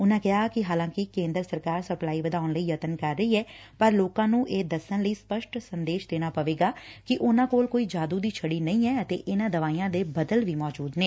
ਉਨਾਂ ਕਿਹਾ ਕਿ ਹਾਲਾਕਿ ਕੇਦਰ ਸਰਕਾਰ ਸਪਲਾਈ ਵਧਾਊਣ ਲਈ ਯਤਨ ਕਰ ਰਹੀ ਐ ਪਰ ਲੋਕਾਂ ਨੂੰ ਇਹ ਦੱਸਣ ਲਈ ਸਪਸਟ ਸੰਦੇਸ਼ ਦੇਣਾ ਪਵੇਗਾ ਕਿ ਉਨੂਾ ਕੋਲ ਕੋਈ ਜਾਦੂ ਦੀ ਝੜੀ ਨਹੀ ਐ ਅਤੇ ਇਨੂਾ ਦਵਾਈਆ ਦੇ ਬਦਲ ਵੀ ਮੌਜੁਦ ਨੇ